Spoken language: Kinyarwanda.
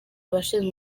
abashinzwe